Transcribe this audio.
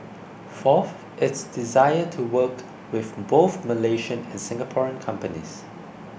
fourth its desire to work with both Malaysian and Singaporean companies